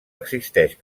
existeix